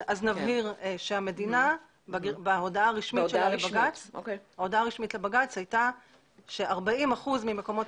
אז נבהיר שהמדינה בהודעה הרשמית לבג"ץ אמרה ש-40% ממקומות